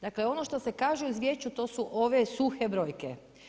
Dakle, ono što se kaže u izvješću, to su ove suhe brojke.